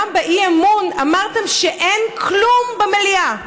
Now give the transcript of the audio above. גם באי-אמון אמרתם שאין כלום במליאה.